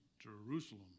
Jerusalem